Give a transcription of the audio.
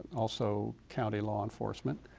also county law enforcement.